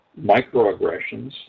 microaggressions